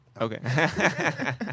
Okay